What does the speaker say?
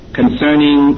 concerning